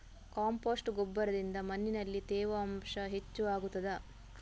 Compost ಗೊಬ್ಬರದಿಂದ ಮಣ್ಣಿನಲ್ಲಿ ತೇವಾಂಶ ಹೆಚ್ಚು ಆಗುತ್ತದಾ?